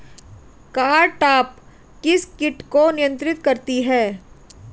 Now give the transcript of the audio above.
Cartap किस किट को नियंत्रित करती है?